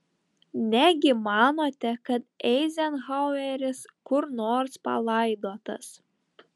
negi manote kad eizenhaueris kur nors palaidotas